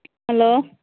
hello